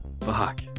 Fuck